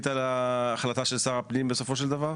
על ההחלטה של שר הפנים בסופו של דבר?